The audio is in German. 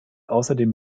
außerdem